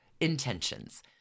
intentions